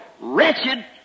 wretched